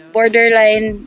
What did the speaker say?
Borderline